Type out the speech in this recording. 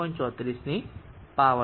34 ની પાવર છે